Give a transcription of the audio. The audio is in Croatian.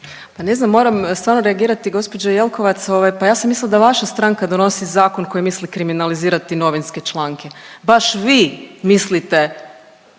Pa ne znam, moram stvarno reagirati, gđo. Jelkovac ovaj, pa ja sam mislila da vaša stranka donosi zakon koji misli kriminalizirati novinske članke. Baš vi mislite